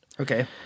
Okay